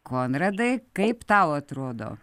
konradai kaip tau atrodo